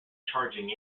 charging